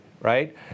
right